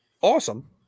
awesome